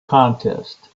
contest